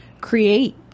create